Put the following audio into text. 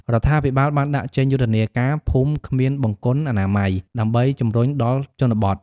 រដ្ឋាភិបាលបានដាក់ចេញយុទ្ធនាការ "ភូមិគ្មានបង្គន់អនាម័យ" ដើម្បីជំរុញដល់ជនបទ។